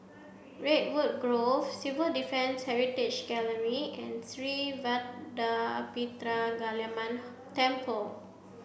redwood Grove Civil Defence Heritage Gallery and Sri Vadapathira Kaliamman Temple